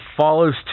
follows